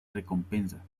recompensa